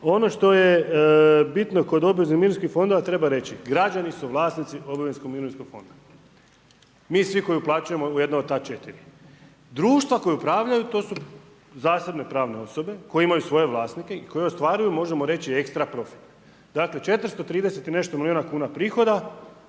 Ono što je bitno kod obveznih mirovinskih fondova, treba reći, građani su vlasnici obveznih mirovinskog fonda. Mi svi koja uplaćujemo u jedno od ta 4. Društva koja upravljaju to su zasebne pravne osobe, koje imaju svoje vlasnike i koje ostvaruju, možemo reći ekstra profit. Dakle, 430 i nešto milijuna kn prihoda,